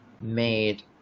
made